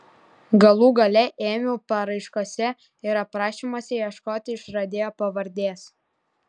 galų gale ėmiau paraiškose ir aprašymuose ieškoti išradėjo pavardės